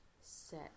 set